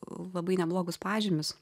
labai neblogus pažymius